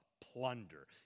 plunder